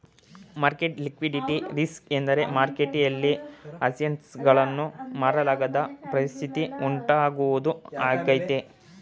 market liquidity risk ಎಂದರೆ ಮಾರುಕಟ್ಟೆಯಲ್ಲಿ assets ಗಳನ್ನು ಮಾರಲಾಗದ ಪರಿಸ್ಥಿತಿ ಉಂಟಾಗುವುದು ಆಗಿದೆ